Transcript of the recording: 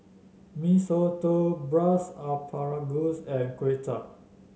Mee Soto Braised Asparagus and Kway Chap